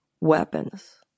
weapons